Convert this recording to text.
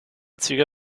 züge